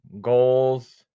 goals